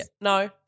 No